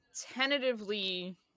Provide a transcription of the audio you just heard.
tentatively